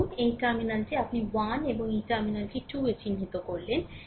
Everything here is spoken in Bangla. ধরুন এই টার্মিনালটি আপনি 1 এবং এই টার্মিনালটি আপনি 2 এ চিহ্নিত করলেন